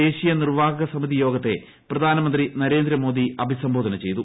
ദേശീയ നിർവാഹക സമിതിയോഗത്തെ പ്രധാനമന്ത്രി നരേന്ദ്രമോദി അഭിസംബോധിക്കു ചെയ്തു